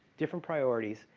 different priorities,